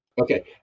Okay